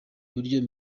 buryo